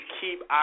keep